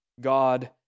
God